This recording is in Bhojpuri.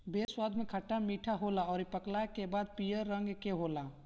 बेर स्वाद में खट्टा मीठा होला अउरी पकला के बाद पियर रंग के होला